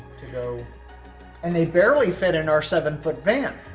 you know and they barely fit in our seven foot van.